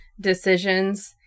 decisions